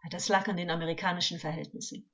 angekl das lag an den amerikanischen verhältnissen